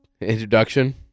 Introduction